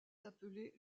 appeler